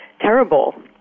terrible